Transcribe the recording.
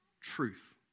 truth